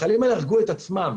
החיילים האלה הרגו את עצמם.